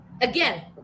again